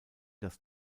das